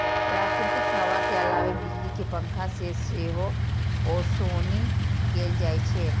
प्राकृतिक हवा के अलावे बिजली के पंखा से सेहो ओसौनी कैल जाइ छै